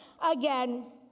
Again